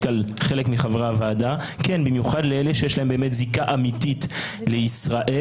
על חלק מחברי הוועדה שיש להם באמת זיקה אמיתית לישראל,